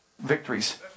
victories